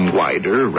wider